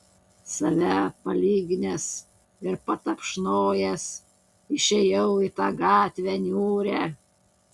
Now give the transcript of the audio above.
save palyginęs ir patapšnojęs išėjau į tą gatvę niūrią